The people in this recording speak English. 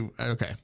okay